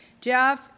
Jeff